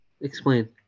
Explain